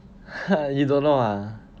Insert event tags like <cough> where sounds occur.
<laughs> you don't know ah